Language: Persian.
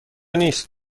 نیست